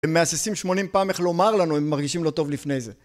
הם מהססים 80 פעם איך לומר לנו, הם מרגישים לא טוב לפני זה.